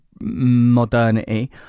modernity